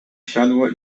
siodło